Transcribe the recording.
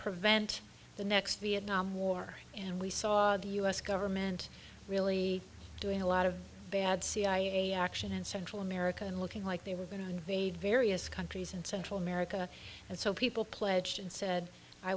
prevent the next vietnam war and we saw the u s government really doing a lot of bad cia action in central america and looking like they were going to invade various countries in central america and so people pledged and said i